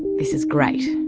this is great,